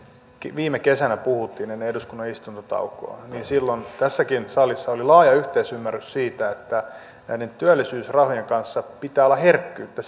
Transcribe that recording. viime kesänä puhuttiin ennen eduskunnan istuntotaukoa niin silloin tässäkin salissa oli laaja yhteisymmärrys siitä että näiden työllisyysrahojen kanssa pitää olla herkkyyttä